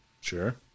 Sure